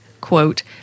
quote